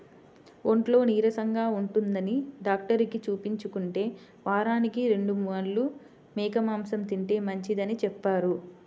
ఒంట్లో నీరసంగా ఉంటందని డాక్టరుకి చూపించుకుంటే, వారానికి రెండు మార్లు మేక మాంసం తింటే మంచిదని చెప్పారు